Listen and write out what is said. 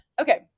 Okay